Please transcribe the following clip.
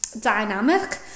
dynamic